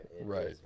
Right